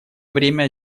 время